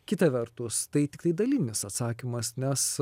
kita vertus tai tiktai dalinis atsakymas nes